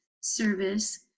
service